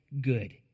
good